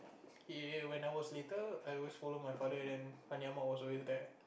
he when I was little I always follow my father then Fandi-Ahmad was always there